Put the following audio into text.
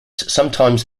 sometimes